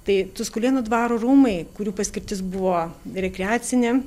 tai tuskulėnų dvaro rūmai kurių paskirtis buvo rekreacinė